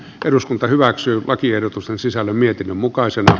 eduskunta hyväksyy lakiehdotus on sisällön mietinnön mukaisena